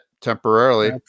temporarily